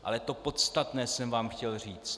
Ale to podstatné jsem vám chtěl říct.